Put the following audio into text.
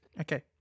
Okay